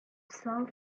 self